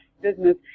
business